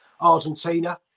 Argentina